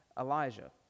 Elijah